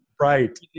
right